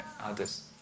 others